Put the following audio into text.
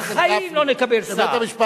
בחיים לא נקבל סעד.